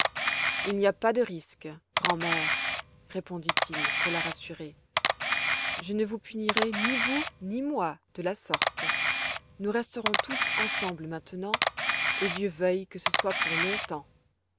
il n'y a pas de risque grand'mère répondit-il pour la rassurer je ne vous punirai ni vous ni moi de la sorte nous resterons tous ensemble maintenant et dieu veuille que ce soit pour longtemps